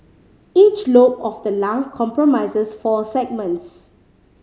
each lobe of the lung comprises four segments